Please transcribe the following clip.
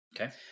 Okay